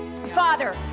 Father